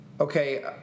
Okay